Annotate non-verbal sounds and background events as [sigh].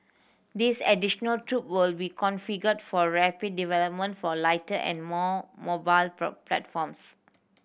this additional troop will be configured for rapid development for lighter and more mobile [unintelligible] platforms